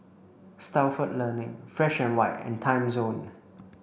Stalford Learning Fresh White and Timezone